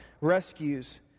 rescues